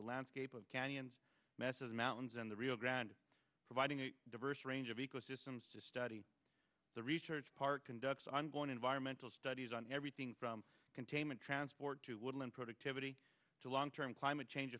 a landscape of canyons massive mountains and the rio grande providing a diverse range of ecosystems study the research park conducts ongoing environmental studies on everything from containment transport to woodland productivity to long term climate change